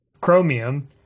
Chromium